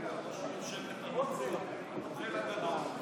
ראש ממשלת, הנוכל הגדול.